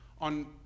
on